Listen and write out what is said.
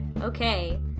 Okay